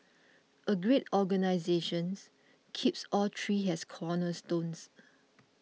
a great organisations keeps all three as cornerstones